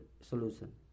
solution